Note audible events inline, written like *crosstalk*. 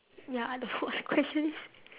ya I don't know what the question is *laughs*